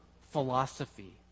philosophy